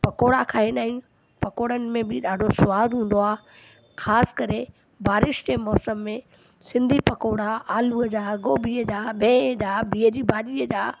पकौड़ा खाहींदा आहियूं पकौड़नि में बि ॾाढो स्वादु हूंदो आहे ख़ासि करे बारिश जे मौसम में सिंधी पकौड़ा आलूअ जा गोभीअ जा बीहु जा बीहु जी भाॼीअ जा